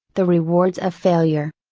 the rewards of failure.